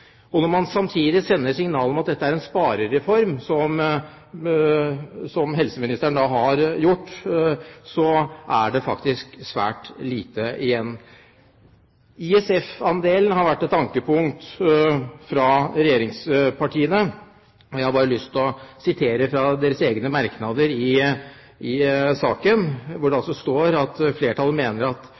Når man samtidig sender signaler om at det er en sparereform som helseministeren her har kommet med, er det faktisk svært lite igjen. ISF-andelen har vært et ankepunkt fra regjeringspartiene. Jeg har bare lyst til å sitere fra deres egne merknader i saken, hvor det altså står: «Flertallet mener